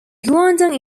guangdong